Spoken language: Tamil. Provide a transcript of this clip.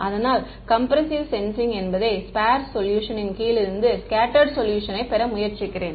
அதனால் கம்ப்ரெஸ்ஸிவ் சென்சிங் என்பதை ஸ்பெர்ஸ் சொல்யூஷனின் கீழ் இருந்து ஸ்கெட்ட்டர்டு சொல்யூஷனை பெற முயற்சிக்கிறேன்